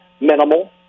minimal